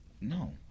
No